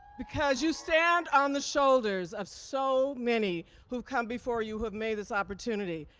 because you stand on the shoulders of so many who come before you, who have made this opportunity.